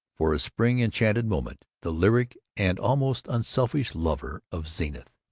for a spring-enchanted moment, the lyric and almost unselfish lover of zenith.